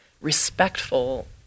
respectful